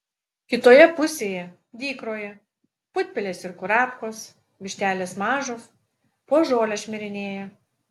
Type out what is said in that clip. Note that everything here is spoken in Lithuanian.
kitoje pusėje dykroje putpelės ir kurapkos vištelės mažos po žolę šmirinėja